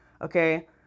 Okay